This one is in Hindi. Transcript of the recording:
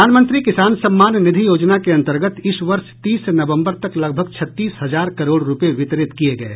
प्रधानमंत्री किसान सम्मान निधि योजना के अंतर्गत इस वर्ष तीस नवम्बर तक लगभग छत्तीस हजार करोड़ रूपये वितरित किये गये